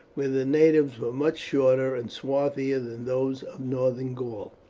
where the natives were much shorter and swarthier than those of northern gaul.